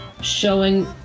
showing